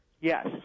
Yes